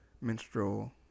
minstrel